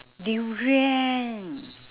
durian